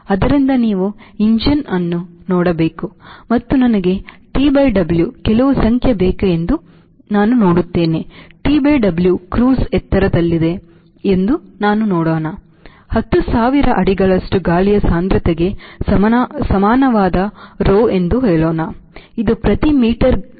ಆದ್ದರಿಂದ ನೀವು ಎಂಜಿನ್ ಅನ್ನು ನೋಡಬೇಕು ಮತ್ತು ನನಗೆ ಟಿ ಡಬ್ಲ್ಯೂ ಕೆಲವು ಸಂಖ್ಯೆ ಬೇಕು ಎಂದು ನಾನು ನೋಡುತ್ತೇನೆ TW ಕ್ರೂಸ್ ಎತ್ತರದಲ್ಲಿದೆ ಎಂದು ನಾನು ನೋಡೋಣ 10000 ಅಡಿಗಳಷ್ಟು ಗಾಳಿಯ ಸಾಂದ್ರತೆಗೆ ಸಮಾನವಾದ ರೋ ಎಂದು ಹೇಳೋಣ ಇದು ಪ್ರತಿ ಮೀಟರ್ ಘನಕ್ಕೆ 0